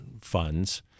funds